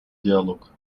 диалог